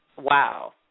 wow